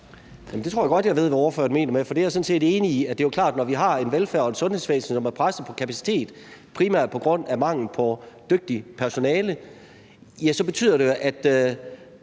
det tror jeg godt jeg ved hvad ordføreren mener med, for det er jeg sådan set enig i. Det er jo klart, at når vi har en velfærd og et sundhedsvæsen, som er presset på kapacitet – primært på grund af mangel på dygtigt personale – handler det om,